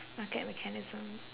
market mechanisms